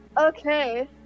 Okay